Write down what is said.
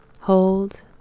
hold